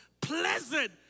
pleasant